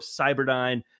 Cyberdyne